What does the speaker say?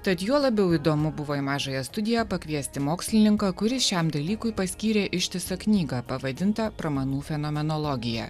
tad juo labiau įdomu buvo į mažąją studiją pakviesti mokslininką kuris šiam dalykui paskyrė ištisą knygą pavadintą pramanų fenomenologija